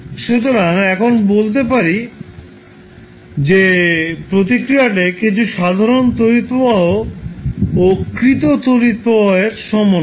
সুতরাং এখন বলতে পারি যে প্রতিক্রিয়াটি কিছু সাধারণ তড়িৎ প্রবাহ ও কৃত তড়িৎ প্রবাহ এর সমন্বয়